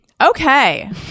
Okay